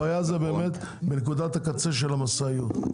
הבעיה היא בנקודת הקצה של המשאיות.